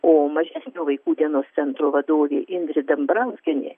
o mažesnio vaikų dienos centro vadovė indrė dambrauskienė